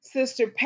Sister